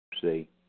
See